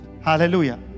Hallelujah